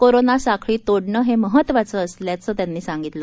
corona साखळी तोडणे हे महत्त्वाचं असल्याचं त्यांनी सांगितलं